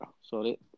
Sorry